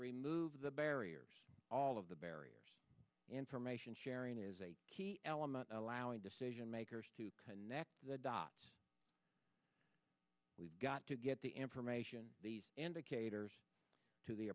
remove the barriers all of the barriers information sharing is a key element allowing decision makers to connect the dots we've got to get the information these indicators to the